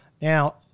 Now